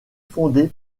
fondé